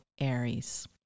Aries